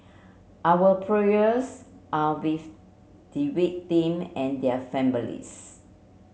our prayers are with the victim and their families